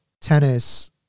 tennis